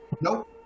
Nope